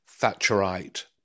Thatcherite